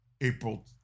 April